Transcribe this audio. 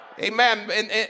Amen